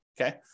Okay